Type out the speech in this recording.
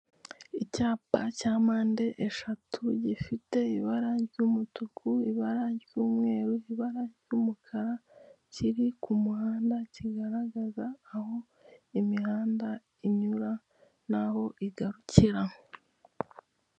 Icyapa cya mpande eshatu gifite ibara ry'umutuku, ibara ry'umweru, ibara ry'umukara kiri ku muhanda kigaragaza aho imihanda inyura n'aho igarukira.